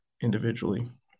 individually